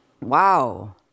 Wow